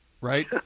right